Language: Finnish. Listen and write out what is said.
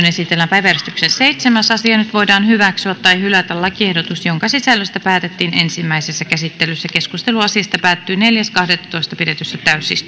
esitellään päiväjärjestyksen seitsemäs asia nyt voidaan hyväksyä tai hylätä lakiehdotus jonka sisällöstä päätettiin ensimmäisessä käsittelyssä keskustelu asiasta päättyi neljäs kahdettatoista kaksituhattaseitsemäntoista pidetyssä täysistunnossa